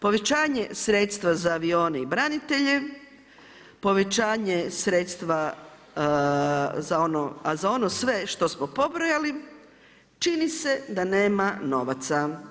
Povećanje sredstva za avione i branitelje, povećanja sredstva za ono, a za ono sve što smo pobrojali čini se da nema novaca.